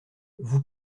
vous